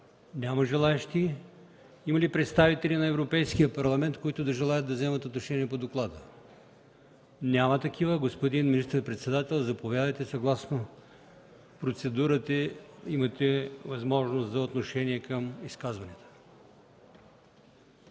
Няма. Има ли представители на Европейския парламент, които да желаят да вземат отношение по доклада? Няма такива. Господин министър-председател, заповядайте. Съгласно процедурата имате възможност за отношение към изказванията.